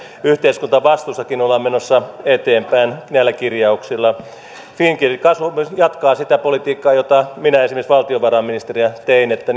yhteiskuntavastuussakin ollaan menossa eteenpäin näillä kirjauksilla fingrid jatkaa sitä politiikkaa jota minä esimerkiksi valtiovarainministerinä tein että